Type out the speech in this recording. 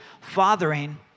fathering